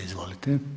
Izvolite.